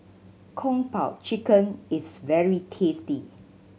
Kung Po Chicken is very tasty